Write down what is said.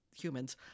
humans